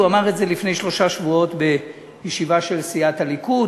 הוא אמר את זה לפני שלושה שבועות בישיבה של סיעת הליכוד,